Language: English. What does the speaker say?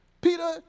Peter